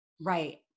Right